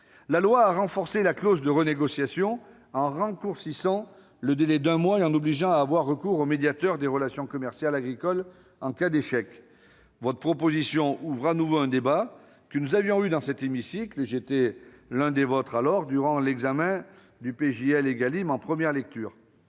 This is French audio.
La loi a renforcé la clause de renégociation en raccourcissant le délai d'un mois et en obligeant à avoir recours au médiateur des relations commerciales agricoles en cas d'échec. Votre proposition ouvre de nouveau un débat, que nous avions eu dans cet hémicycle, à l'époque où j'étais sénateur, durant l'examen du projet de loi Égalim en première lecture.